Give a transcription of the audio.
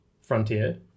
frontier